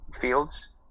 Fields